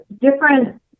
different